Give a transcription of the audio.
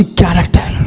character